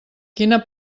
quina